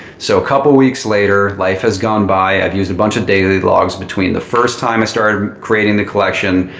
so a couple of weeks later, life has gone by. i've used a bunch of daily logs between the first time i started creating the collection.